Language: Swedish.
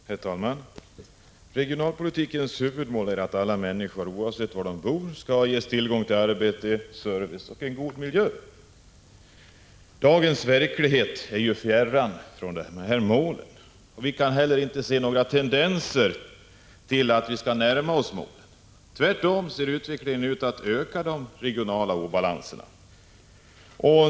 Herr talman! Regionalpolitikens huvudmål är att alla människor, oavsett var de bor, skall ges tillgång till arbete, service och en god miljö. Dagens verklighet är fjärran från dessa mål, och vi kan heller inte se några tendenser till att vi skall närma oss dem. Tvärtom ser utvecklingen ut att öka de regionala obalanserna.